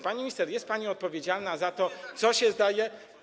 Pani minister, jest pani odpowiedzialna za to, co się zdaje.